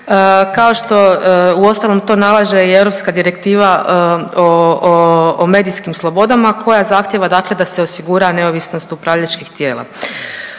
kao što uostalom to nalaže i europska Direktiva o medijskim slobodama koja zahtijeva, dakle da se osigura neovisnost upravljačkih tijela.